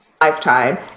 lifetime